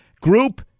Group